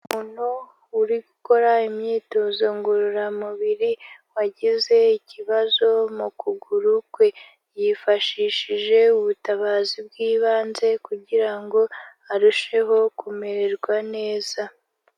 Umuntu uri gukora imyitozo ngororamubiri wagize ikibazo mu kuguru kwe, yifashishije ubutabazi bw'ibanze kugira ngo arusheho kumererwa neza.